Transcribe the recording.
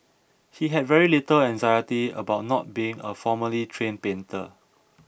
he had very little anxiety about not being a formally trained painter